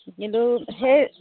কিন্তু সেই